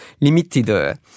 limited